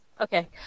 Okay